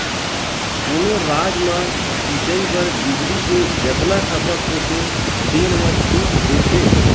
कोनो राज म सिचई बर बिजली के जतना खपत होथे तेन म छूट देथे